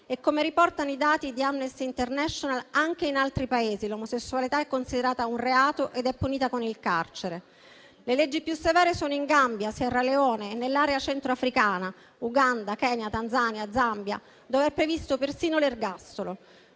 - come riportano i dati di Amnesty International - anche in altri Paesi l'omosessualità è considerata un reato ed è punita con il carcere. Le leggi più severe sono in Gambia, Sierra Leone e nell'area centro africana (Uganda, Kenya, Tanzania, Zambia), dove è previsto persino l'ergastolo.